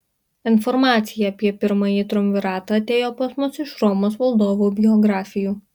informacija apie pirmąjį triumviratą atėjo pas mus iš romos valdovų biografijų